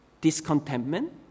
discontentment